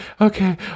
okay